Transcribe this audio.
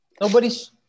Nobody's